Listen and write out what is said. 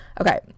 Okay